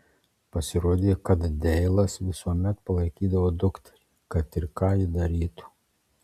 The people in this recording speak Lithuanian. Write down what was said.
pasirodė kad deilas visuomet palaikydavo dukterį kad ir ką ji darytų